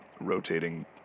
rotating